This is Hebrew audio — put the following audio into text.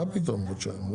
מה פתאום חודשיים?